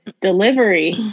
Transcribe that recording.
delivery